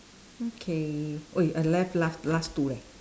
okay !oi! I left last last two eh